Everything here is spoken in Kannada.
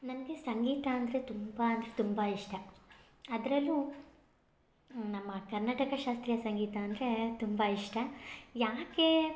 ನನಗೆ ಸಂಗೀತ ಅಂದರೆ ತುಂಬ ಅಂದರೆ ತುಂಬ ಇಷ್ಟ ಅದ್ರಲ್ಲು ನಮ್ಮ ಕರ್ನಾಟಕ ಶಾಸ್ತ್ರೀಯ ಸಂಗೀತ ಅಂದರೆ ತುಂಬ ಇಷ್ಟ ಯಾಕೆ